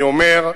אני אומר,